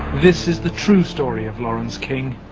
this is the true story of lawrence king.